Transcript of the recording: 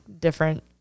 different